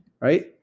right